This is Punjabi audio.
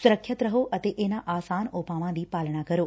ਸੁਰੱਖਿਅਤ ਰਹੋ ਅਤੇ ਇਨ੍ਹਾਂ ਆਸਾਨ ਉਪਾਵਾਂ ਦੀ ਪਾਲਣਾ ਕਰੋ